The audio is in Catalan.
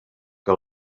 que